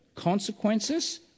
consequences